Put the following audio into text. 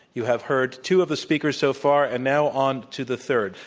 you have heard two of the speakers so far, and now onto the third.